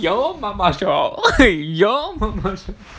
your mama shop your mama shop